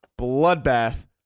bloodbath